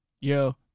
Yo